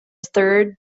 third